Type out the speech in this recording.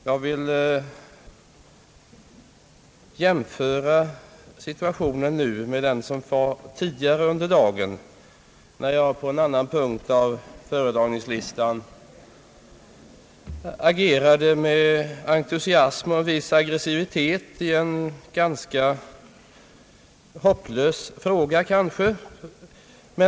Jag vill jämföra situationen nu med den som rådde tidigare under dagen när jag på en annan punkt av föredragningslistan agerade med entusiasm och med viss aggressivitet i en ganska hopplös fråga.